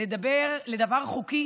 לדבר חוקי